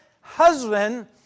husband